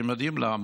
אתם יודעים למה?